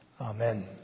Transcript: Amen